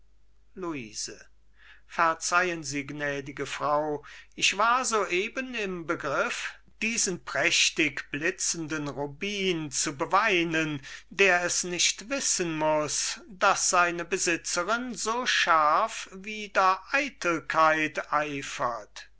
luise verzeihen sie gnädige frau ich war so eben im begriff diesen prächtig blitzenden rubin zu beweinen der es nicht wissen muß daß seine besitzerin so scharf wider eitelkeit